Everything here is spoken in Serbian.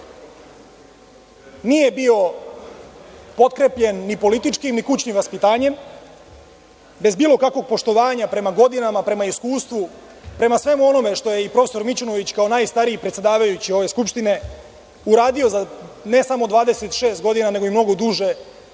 Nije bio potkrepljen ni politički, ni kućnim vaspitanjem, bez bilo kakvog poštovanja prema godinama, prema iskustvu, prema svemu onome što je i profesor Mićunović kao najstariji predsedavajući ove Skupštine uradio za ne samo 26 godina, nego i mnogo duže, kada je